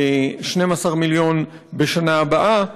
12 מיליון בשנה הבאה,